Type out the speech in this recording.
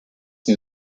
new